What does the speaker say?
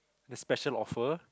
the special offer